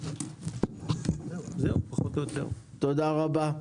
תודה רבה.